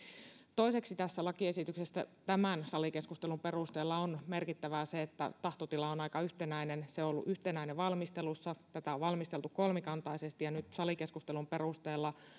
toiseksi tässä lakiesityksessä salikeskustelun perusteella on merkittävää se että tahtotila on aika yhtenäinen se on ollut yhtenäinen valmistelussa tätä on valmisteltu kolmikantaisesti nyt salikeskustelun perusteella